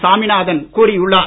சாமிநாதன் கூறியுள்ளார்